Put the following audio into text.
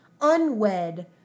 unwed